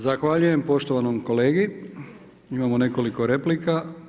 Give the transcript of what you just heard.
Zahvaljujem poštovanom kolegi, imamo nekoliko replika.